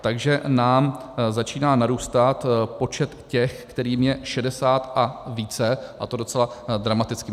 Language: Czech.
Takže nám začíná narůstat počet těch, kterým je šedesát a více, a to docela dramaticky.